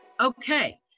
Okay